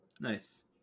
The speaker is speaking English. Nice